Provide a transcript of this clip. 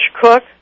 Cook